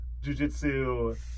jujitsu